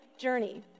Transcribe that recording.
journey